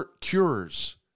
cures